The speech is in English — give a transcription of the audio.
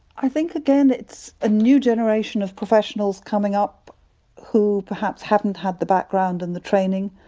i think again it's a new generation of professionals coming up who perhaps haven't had the background and the training.